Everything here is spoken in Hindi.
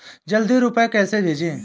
जल्दी रूपए कैसे भेजें?